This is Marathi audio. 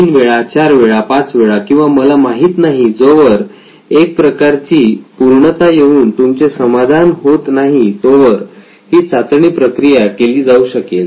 तीन वेळा चार वेळा पाच वेळा किंवा मला माहित नाही जोवर एक प्रकारची पूर्णता येऊन तुमचे समाधान होत नाही तोवर ही चाचणी प्रक्रिया केली जाऊ शकेल